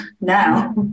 now